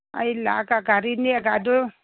ꯑꯩ ꯂꯥꯛꯑꯒ ꯒꯥꯔꯤ ꯅꯦꯛꯑꯒ ꯑꯗꯨ